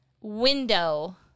window